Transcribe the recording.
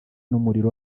n’umuriro